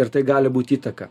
ir tai gali būt įtaka